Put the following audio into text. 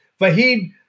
Fahid